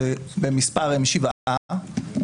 שבמספר הם שבעה,